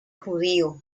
judío